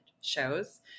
shows